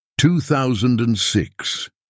2006